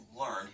learn